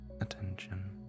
attention